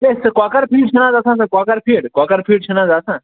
ہے سُہ کۄکَر فیٖڈ چھُنا حظ آسان سُہ کۄکَر فیٖڈ کۄکَر فیٖڈ چھِنہٕ حظ آسان